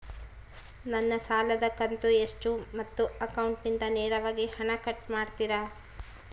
ನನ್ನ ಸಾಲದ ಕಂತು ಎಷ್ಟು ಮತ್ತು ಅಕೌಂಟಿಂದ ನೇರವಾಗಿ ಹಣ ಕಟ್ ಮಾಡ್ತಿರಾ?